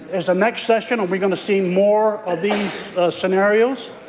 next session, are we going to see more of these scenarios?